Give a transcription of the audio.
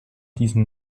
diesen